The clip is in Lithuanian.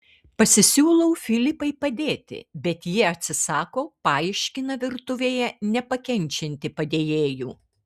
pasisiūlau filipai padėti bet ji atsisako paaiškina virtuvėje nepakenčianti padėjėjų